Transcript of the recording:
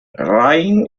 rain